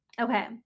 okay